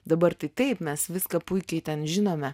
dabar tai taip mes viską puikiai ten žinome